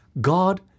God